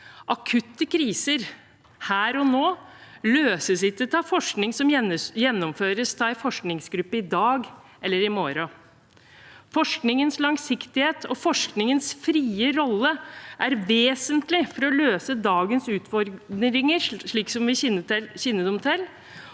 Akutte kriser her og nå løses ikke av forskning som gjennomføres av en forskningsgruppe i dag eller i morgen. Forskningens langsiktighet og forskningens frie rolle er vesentlig for å løse dagens utfordringer slik som vi kjenner dem –